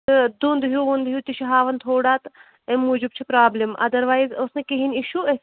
تہٕ دُنٛد ہیٛوٗ وُنٛد ہیٛوٗ تہِ چھُ ہاوان تھوڑا تہٕ امہِ موٗجوٗب چھ پرٛابلِم اَدر وایِز اوس نہٕ کِہیٖنٛۍ اِشوٗ أسۍ